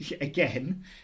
again